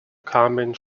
kamen